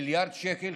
מיליארד שקל,